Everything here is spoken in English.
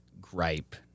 gripe